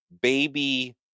baby